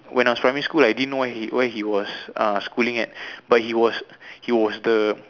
when I was in primary school I didn't know what he where he was schooling at but he was he was the